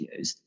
videos